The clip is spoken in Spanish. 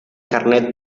carnet